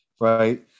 right